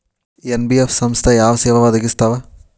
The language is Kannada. ಎನ್.ಬಿ.ಎಫ್ ಸಂಸ್ಥಾ ಯಾವ ಸೇವಾ ಒದಗಿಸ್ತಾವ?